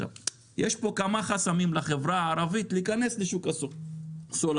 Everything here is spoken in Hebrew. יש פה כמה חסמים לחברה הערבית להיכנס לשוק הסולארי.